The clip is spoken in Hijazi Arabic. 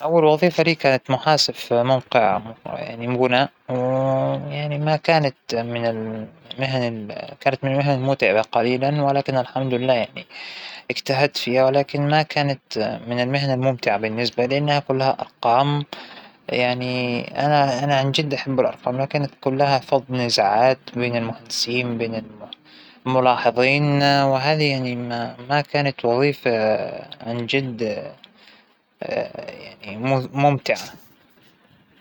أول وظيفة لإلى هى وظيفتى الحالية، دكتورة تحاليل، ما جت غيرتها من أول ما تخرجت، وأنا الحمد لله أشتغل فيها، وأثبت وجودى بهاى المهنة، ومرة الحمد لله راضية عنها، ومستمتعة فيها، ما بفكر أغيرها، حبيتها، وهى أصلاً مجال دراستى.